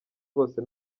bose